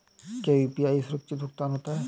क्या यू.पी.आई सुरक्षित भुगतान होता है?